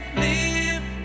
live